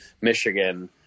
Michigan